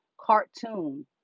cartoon